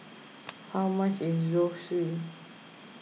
how much is Zosui